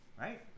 right